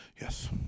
Yes